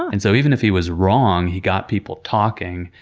and so even if he was wrong, he got people talking,